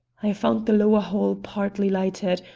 i found the lower hall partly lighted,